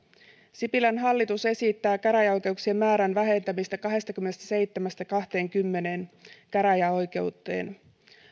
sipilän hallitus esittää käräjäoikeuksien määrän vähentämistä kahdestakymmenestäseitsemästä kahteenkymmeneen käräjäoikeuteen